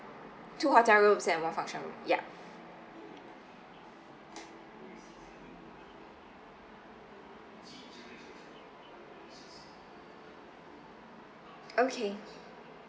two hotel rooms and one function room yup okay